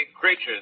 creatures